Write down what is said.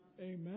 Amen